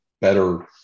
better